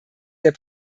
der